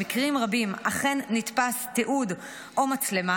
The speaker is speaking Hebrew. במקרים רבים אכן נתפס תיעוד או מצלמה